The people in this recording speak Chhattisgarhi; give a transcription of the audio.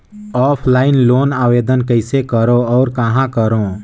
ऑफलाइन लोन आवेदन कइसे करो और कहाँ करो?